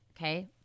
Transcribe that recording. okay